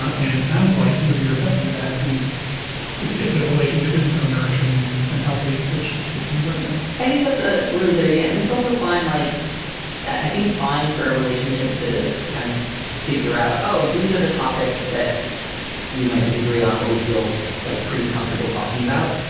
and it sounds like he would be receptive to that if he's if if the relationship is so nourishing and and healthy, which it seems like it is i think that's a really good idea. and it's also fine. like i think it's fine for a relationship to kind of figure out, oh, these are the topics that we might disagree on, but we feel like pretty comfortable talking about.